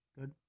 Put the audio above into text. Good